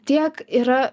tiek yra